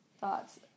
Thoughts